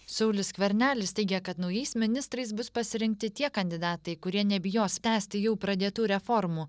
saulius skvernelis teigia kad naujais ministrais bus pasirinkti tie kandidatai kurie nebijos tęsti jau pradėtų reformų